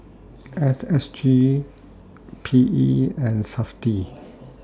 S S G P E and Safti